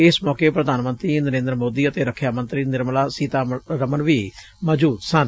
ਇਸ ਮੌਕੇ ਪ੍ਰਧਾਨ ਮੰਤਰੀ ਨਰੇ ਂਦਰ ਮੋਦੀ ਅਤੇ ਰੱਖਿਆ ਮੰਤਰੀ ਨਿਰਮਲਾ ਸੀਤਾਰਮਨ ਵੀ ਮੌਜੁਦ ਸਨ